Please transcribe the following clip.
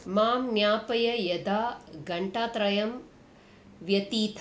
मां ज्ञापय यदा घण्टात्रयं व्यतीतम्